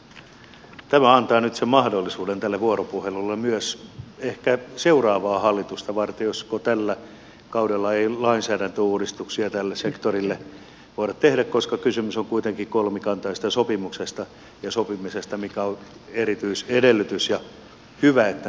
tämä antaa nyt sen mahdollisuuden tälle vuoropuhelulle myös ehkä seuraavaa hallitusta varten josko tällä kaudella ei lainsäädäntöuudistuksia tälle sektorille voida tehdä koska kysymys on kuitenkin kolmikantaisesta sopimuksesta ja sopimisesta mikä on erityisedellytys ja hyvä että näin on